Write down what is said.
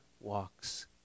walks